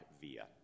Via